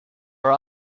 are